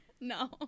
No